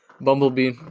Bumblebee